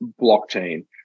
blockchain